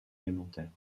élémentaires